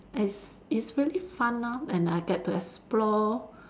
it's it's really fun lah and I get to explore